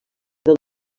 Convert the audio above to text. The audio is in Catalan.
del